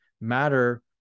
matter-